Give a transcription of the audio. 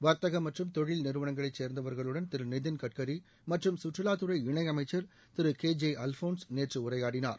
வர்த்தக மற்றும் தொழில்நிறுவனங்களைச் சேர்ந்தவர்களுடன் திரு நிதின் கட்கரி மற்றும் கற்றுலாத்துறை இணையமைச்சர் திரு கே ஜே அல்போன்ஸ் நேற்று உரையாடினார்